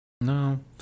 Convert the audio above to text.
No